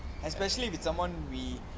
especially with someone we